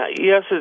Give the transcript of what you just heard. yes